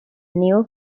new